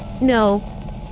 no